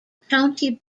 county